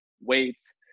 weights